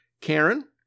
Karen